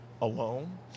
alone